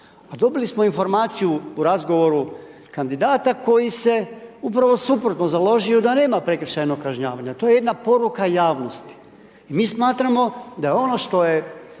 dobili smo informaciju u razgovoru kandidata koji se upravo suprotno založio da nema prekršajnog kažnjavanja, to je jedna poruka javnosti, i mi smatramo da ono što je,